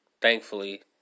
thankfully